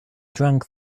drank